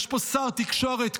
יש פה שר תקשורת,